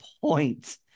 point